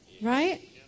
Right